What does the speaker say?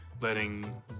Letting